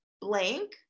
blank